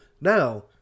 Now